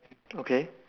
okay